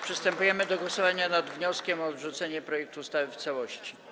Przystępujemy do głosowania nad wnioskiem o odrzucenie projektu ustawy w całości.